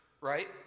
right